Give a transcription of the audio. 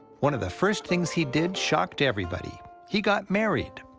one of the first things he did shocked everybody he got married!